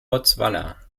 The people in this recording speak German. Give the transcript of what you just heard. botswana